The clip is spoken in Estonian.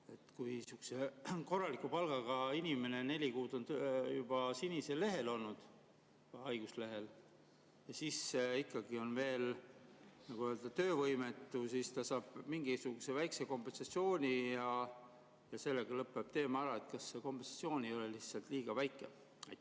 korraliku palgaga inimene neli kuud on olnud sinisel lehel, haiguslehel, ja siis ikkagi on veel töövõimetu, siis ta saab mingisuguse väikese kompensatsiooni ja sellega lõpeb teema ära. Kas see kompensatsioon ei ole lihtsalt liiga väike? Hea